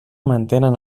mantenen